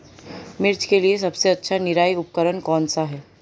मिर्च के लिए सबसे अच्छा निराई उपकरण कौनसा है?